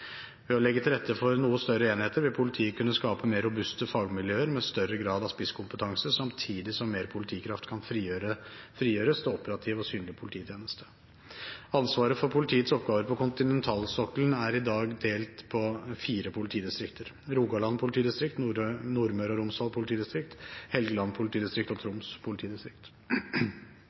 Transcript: Ved å legge til rette for noe større enheter vil politiet kunne skape mer robuste fagmiljøer med større grad av spisskompetanse, samtidig som mer politikraft kan frigjøres til operativ og synlig polititjeneste. Ansvaret for politiets oppgaver på kontinentalsokkelen er i dag delt på fire politidistrikter: Rogaland politidistrikt, Nordmøre og Romsdal politidistrikt, Helgeland politidistrikt og